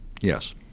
yes